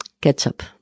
ketchup